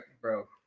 bro